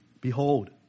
behold